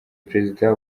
perezida